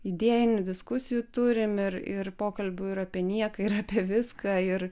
idėjinių diskusijų turim ir ir pokalbių ir apie nieką ir apie viską ir